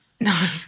No